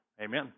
Amen